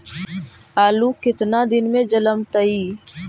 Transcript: आलू केतना दिन में जलमतइ?